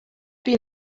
been